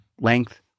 length